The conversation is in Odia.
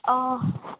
ହଁ